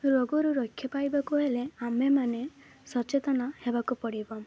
ରୋଗରୁ ରକ୍ଷା ପାଇବାକୁ ହେଲେ ଆମେମାନେ ସଚେତନ ହେବାକୁ ପଡ଼ିବ